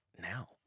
now